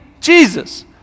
Jesus